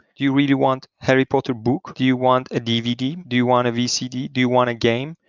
you really want harry potter book? do you want a dvd? do you want a vcd? do you want a game?